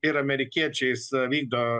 ir amerikiečiais vykdo